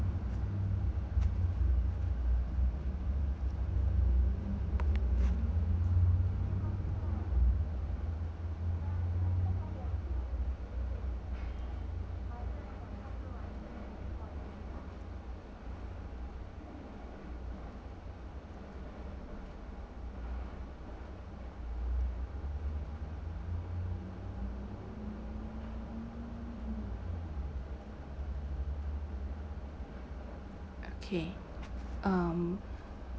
okay um